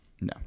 No